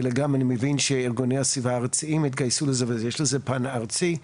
אלא גם אני מבין שארגוני הסביבה הארציים התגייסו לזה ויש לזה פן ארצי,